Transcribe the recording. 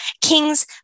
kings